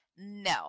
No